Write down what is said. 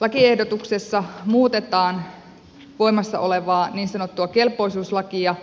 lakiehdotuksessa muutetaan voimassa olevaa niin sanottua kelpoisuuslakia